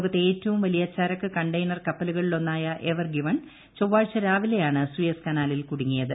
ലോകത്തെ ഏറ്റവും വലിയ ചരക്ക് കണ്ടെയ്നർ കപ്പലുകളിലൊന്നായ എവർഗ്ഗിവൺ ചൊവ്വാഴ്ച രാവിലെയാണ് സൂയസ് കനാലിൽ കൂട്ടൂങ്ങിയത്